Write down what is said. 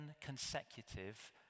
consecutive